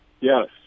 yes